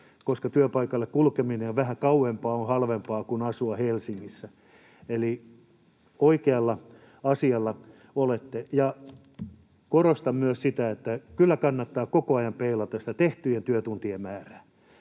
koska työpaikalle kulkeminen vähän kauempaa on halvempaa kuin asua Helsingissä. Eli oikealla asialla olette. Korostan myös sitä, että kyllä kannattaa koko ajan peilata sitä tehtyjen työtuntien määrää.